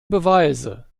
beweise